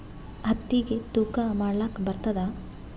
ಹತ್ತಿಗಿ ತೂಕಾ ಮಾಡಲಾಕ ಬರತ್ತಾದಾ?